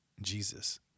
Jesus